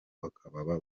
bakaba